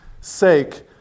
sake